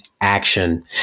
action